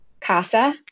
CASA